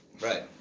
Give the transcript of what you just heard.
Right